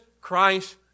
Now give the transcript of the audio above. Christ